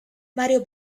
mario